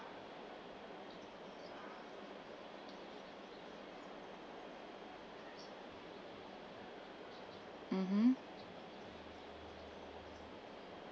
mmhmm